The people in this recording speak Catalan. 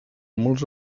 molts